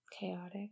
chaotic